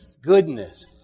goodness